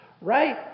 right